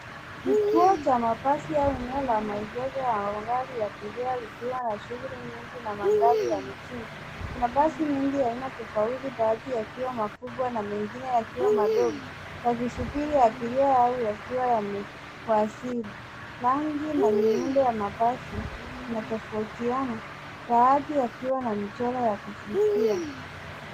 Kituo cha mabasi au eneo la maegesho ya magari ya abiria likiwa na shughuli nyingi na mandhari ya mijini, kuna basi mingi aina tofauti baadhi yaikiwa makubwa na mengine yakiwa madogo, yakisubiri abiria au yakiwa yame wasili. Rangi na miundo ya mabasi, ina tofautiana. Baadhi yakiwa na michoro ya kuvutia.